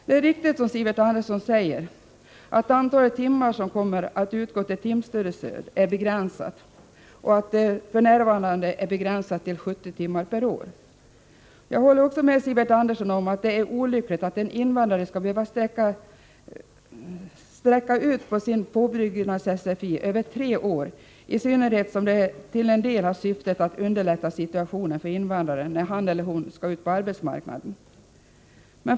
Det är riktigt, som Sivert Andersson säger, att antalet timmar som kommer att ersättas med timstudiestöd är begränsat och att det f.n. är begränsat till 70 timmar per år. Jag håller också med Sivert Andersson om att det är olyckligt att en invandrare skall behöva sträcka ut sin påbyggnads-SFI över tre år, i synnerhet som den till en del har syftet att underlätta situationen för invandraren när han eller hon skall ut på arbetsmarknaden.